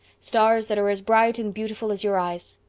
stars that are as bright and beautiful as your eyes.